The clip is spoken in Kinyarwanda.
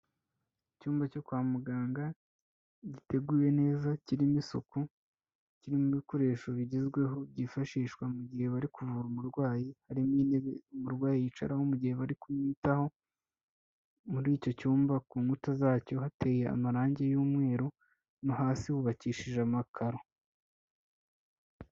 Icyumba cyo kwa muganga giteguwe neza, kirimo isuku, kirimo ibikoresho bigezweho byifashishwa mu gihe bari kuvura umurwayi, harimo intebe umurwayi yicaraho mu gihe bari kumwitaho, muri icyo cyumba ku nkuta zacyo hateye amarangi y'umweru no hasi hubakishije amakaro.